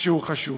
וזה חשוב.